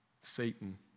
Satan